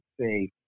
say